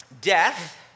death